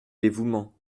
dévouement